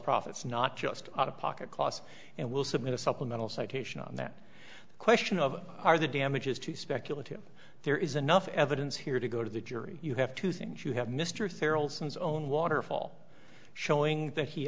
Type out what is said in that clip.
profits not just out of pocket costs and will submit a supplemental citation on that question of are the damages too speculative there is enough evidence here to go to the jury you have two things you have mr ferals his own waterfall showing that he